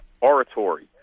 Oratory